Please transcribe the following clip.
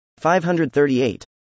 538